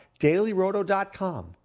DailyRoto.com